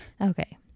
Okay